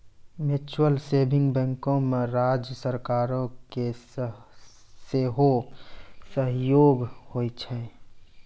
mutual saving बैंको मे राज्य सरकारो के सेहो सहयोग होय छै